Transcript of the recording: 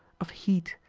of heat,